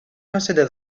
consider